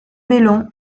bellon